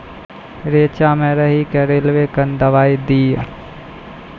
रेचा मे राही के रेलवे कन दवाई दीय?